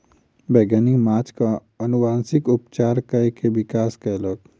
वैज्ञानिक माँछक अनुवांशिक उपचार कय के विकास कयलक